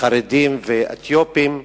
מלהעסיק ערבים, חרדים ואתיופים.